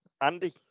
Andy